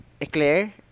Eclair